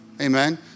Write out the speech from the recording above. Amen